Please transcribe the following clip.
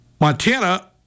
Montana